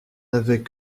avait